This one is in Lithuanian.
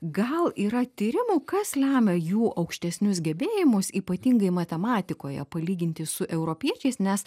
gal yra tyrimų kas lemia jų aukštesnius gebėjimus ypatingai matematikoje palyginti su europiečiais nes